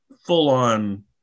full-on